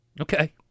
Okay